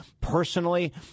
Personally